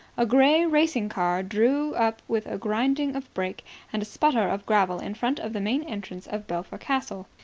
a grey racing car drew up with a grinding of brakes and a sputter of gravel in front of the main entrance of belpher castle.